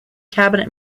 cabinet